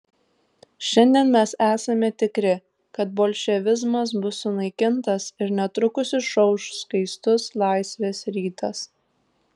šiandien mes esame tikri kad bolševizmas bus sunaikintas ir netrukus išauš skaistus laisvės rytas